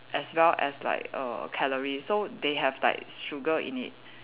as well as like err calories so they have like sugar in it